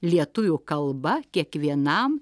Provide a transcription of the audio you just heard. lietuvių kalba kiekvienam